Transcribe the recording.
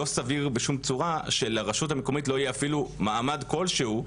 לא סביר בשום צורה שלרשות המקומית לא יהיה אפילו מעמד כלשהו,